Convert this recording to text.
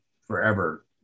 forever